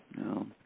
No